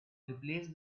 replace